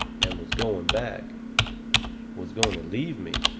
and was going back was going to leave me,